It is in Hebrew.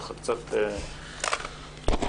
בבקשה, חברת הכנסת זנדברג.